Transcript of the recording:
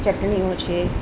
ચટણીઓ છે